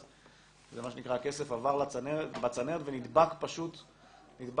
זה מה שנקרא: הכסף עבר בצנרת ונדבק בדפנות,